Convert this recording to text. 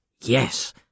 yes